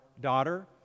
daughter